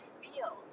feel